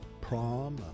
prom